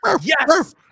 yes